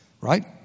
Right